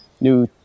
new